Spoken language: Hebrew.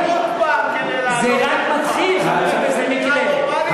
עוד הפעם כדי לעלות, זה רק מתחיל, חבר הכנסת לוי.